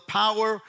power